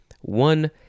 One